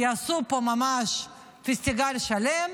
יעשו פה ממש פסטיגל שלם.